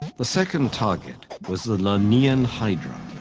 the second target was the lernaean hydra,